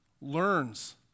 learns